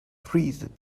treated